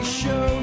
show